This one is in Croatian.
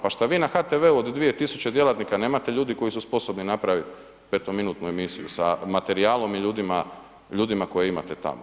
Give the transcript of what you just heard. Pa što vi na HTV-u od 2 tisuće djelatnika nemate ljude koji su sposobni napraviti petominutnu emisiju sa materijalom i ljudima koje imate tamo?